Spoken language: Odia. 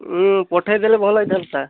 ଉଁ ପଠେଇ ଦେଲେ ଭଲ ହେଇଥାନ୍ତା